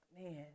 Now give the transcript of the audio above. Man